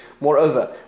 Moreover